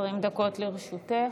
בבקשה, 20 דקות לרשותך.